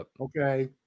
Okay